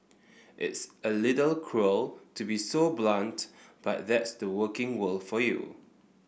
it's a little to be so blunt but that's the working world for you